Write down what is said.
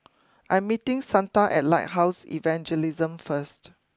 I'm meeting Santa at Lighthouse Evangelism first